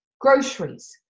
Groceries